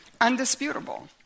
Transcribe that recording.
undisputable